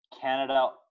Canada